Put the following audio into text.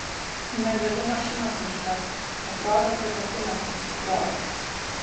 negaliu mašinos užvest atrodo kad akumas išsikrovė